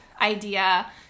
idea